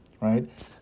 right